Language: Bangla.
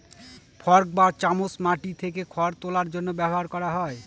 ফর্ক বা চামচ মাটি থেকে খড় তোলার জন্য ব্যবহার করা হয়